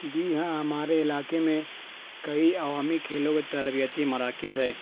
جی ہاں ہمارے علاقے میں کئی عوامی کھیلوں کے تربیتی مراکز ہے